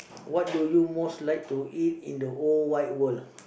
what do you most like to eat in the whole wide world